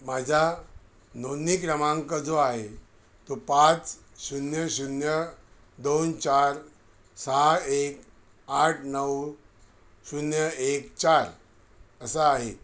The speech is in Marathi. माझा नोंदणी क्रमांक जो आहे तो पाच शून्य शून्य दोन चार सहा एक आठ नऊ शून्य एक चार असा आहे